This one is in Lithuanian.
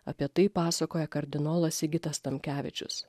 apie tai pasakoja kardinolas sigitas tamkevičius